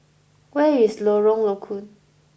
where is Lorong Low Koon